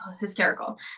hysterical